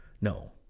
no